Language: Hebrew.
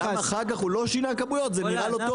גם אחר כך הוא לא שינה כמויות, זה נראה לו טוב.